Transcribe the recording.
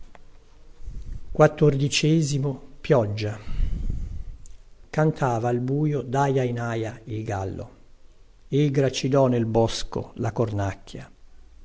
a monte larcobaleno cantava al buio daia in aia il gallo e gracidò nel bosco la cornacchia